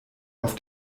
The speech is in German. auf